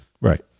Right